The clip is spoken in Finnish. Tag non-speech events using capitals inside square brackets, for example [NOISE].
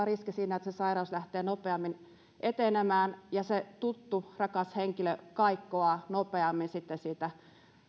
[UNINTELLIGIBLE] riski siinä että se sairaus lähtee nopeammin etenemään ja se tuttu rakas henkilö kaikkoaa nopeammin sitten siitä